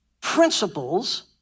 principles